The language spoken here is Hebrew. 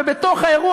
ובתוך האירוע,